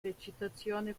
recitazione